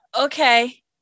Okay